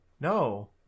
No